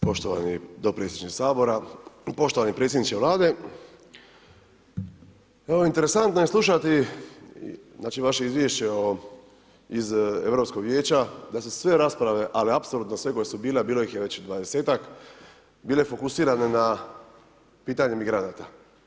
Poštovani dopredsjedniče Sabora, poštovani predsjedniče Vlade, interesantno je slušati znači vaše izvješće iz Europskog vijeća, da su sve rasprave, ali apsolutno sve koje su bile, a bilo ih je već 20-tak, bilo fokusirane na pitanje migranata.